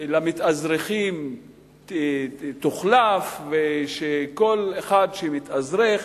למתאזרחים תוחלף ושכל אחד שמתאזרח